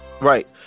Right